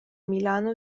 milano